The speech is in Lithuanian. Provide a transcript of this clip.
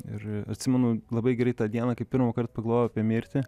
ir atsimenu labai getai tą dieną kai pirmąkart pagalvojau apie mirtį